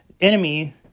enemy